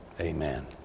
Amen